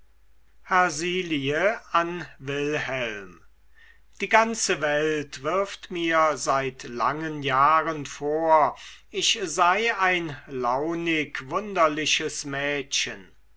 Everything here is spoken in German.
die ganze welt wirft mir seit langen jahren vor ich sei ein launig wunderliches mädchen